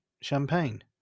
champagne